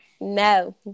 No